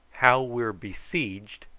how we were besieged,